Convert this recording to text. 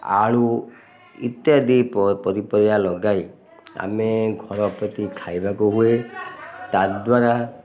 ଆଳୁ ଇତ୍ୟାଦି ପନିପରିବା ଲଗାଇ ଆମେ ଘର ପ୍ରତି ଖାଇବାକୁ ହୁଏ ତା ଦ୍ୱାରା